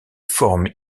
formes